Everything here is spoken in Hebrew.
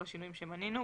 כל השינויים שמנינו,